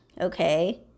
okay